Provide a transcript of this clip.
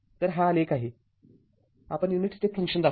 तर हा आलेख आहे आपण युनिट स्टेप फंक्शन दाखवू